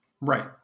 Right